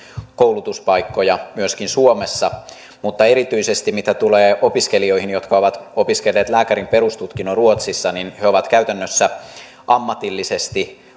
koulutuspaikkoja myöskin suomessa mutta mitä tulee erityisesti opiskelijoihin jotka ovat opiskelleet lääkärin perustutkinnon ruotsissa he ovat käytännössä ammatillisesti